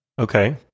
okay